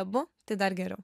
abu tai dar geriau